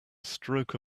stroke